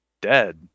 dead